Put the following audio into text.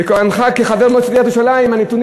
בכהנך כחבר מועצת עיריית ירושלים הנתונים